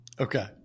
Okay